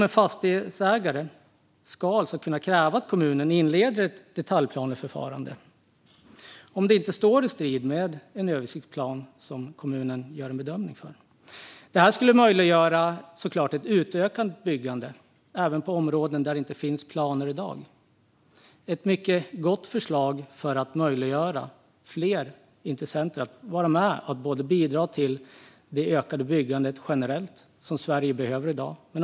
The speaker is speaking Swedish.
En fastighetsägare ska alltså kunna kräva att kommunen inleder ett detaljplaneförfarande om det inte står i strid med en översiktsplan som kommunen gör en bedömning av. Det här skulle såklart möjliggöra ett utökat byggande även i områden där det inte finns planer i dag. Det är ett mycket gott förslag för att ge fler intressenter möjlighet att vara med och bidra till det ökade byggandet generellt sett, något som Sverige behöver i dag.